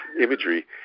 imagery